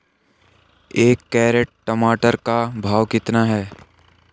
एक कैरेट टमाटर का भाव कितना है?